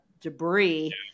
debris